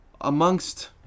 amongst